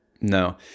no